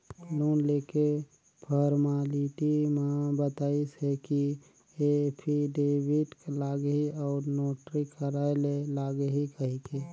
loan लेके formality म बताइस हे कि एफीडेबिड लागही अउ नोटरी कराय ले लागही कहिके